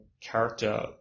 character